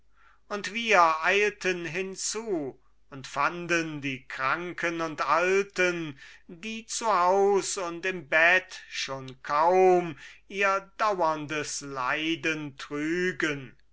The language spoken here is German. und wir eilten hinzu und fanden die kranken und alten die zu haus und im bett schon kaum ihr dauerndes leiden trügen